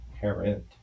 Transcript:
parent